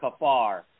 kafar